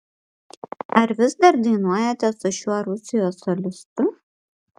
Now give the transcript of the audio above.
ar vis dar dainuojate su šiuo rusijos solistu